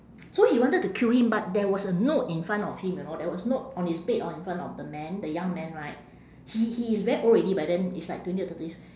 so he wanted to kill him but there was a note in front of him you know there was note on his bed on in front of the man the young man right he he's very old already by then it's like twenty or thirty years